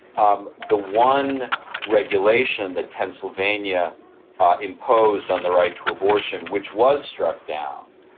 um the one regulation that pennsylvania imposed on the right to abortion, which was struck down,